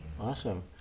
Awesome